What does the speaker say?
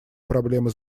проблемы